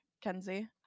Kenzie